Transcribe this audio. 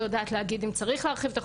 אבל יש אנשים דוברי עברית,